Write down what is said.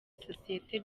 sosiyete